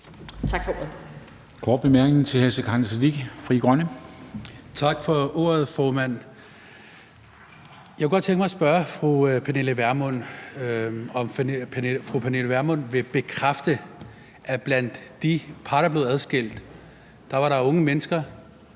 Tak for ordet.